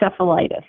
Encephalitis